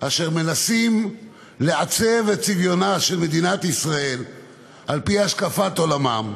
אשר מנסים לעצב את צביונה של מדינה ישראל על-פי השקפת עולמם,